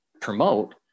promote